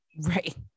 Right